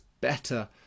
better